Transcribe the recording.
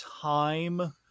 time